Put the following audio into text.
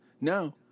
No